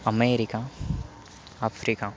America Africa